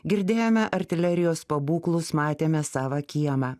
girdėjome artilerijos pabūklus matėme savą kiemą